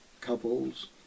couples